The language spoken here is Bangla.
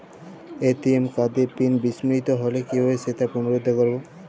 এ.টি.এম কার্ডের পিন বিস্মৃত হলে কীভাবে সেটা পুনরূদ্ধার করব?